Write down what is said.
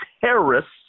terrorists